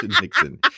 Nixon